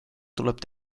tuleb